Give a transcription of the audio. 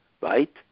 right